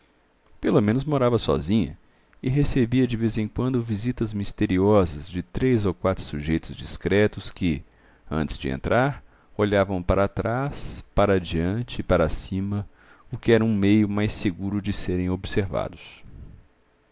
pelo menos morava sozinha e recebia de vez em quando visitas misteriosas de três ou quatro sujeitos discretos que antes de entrar olhavam para trás para adiante e para cima o que era um meio mais seguro de serem observados